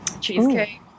Cheesecake